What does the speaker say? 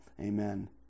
Amen